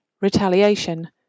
Retaliation